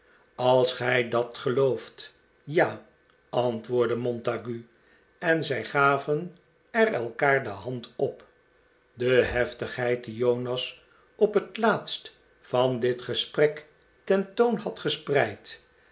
als gij dat gelooft ja antwoordde montague en zij gaven er elkaar de hand op de heftigheid die jonas op het laatst van dit gesprek ten toon had gespreid